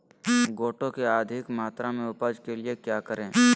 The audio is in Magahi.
गोटो की अधिक मात्रा में उपज के लिए क्या करें?